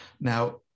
Now